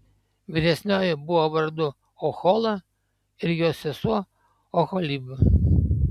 vyresnioji buvo vardu ohola ir jos sesuo oholiba